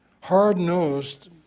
hard-nosed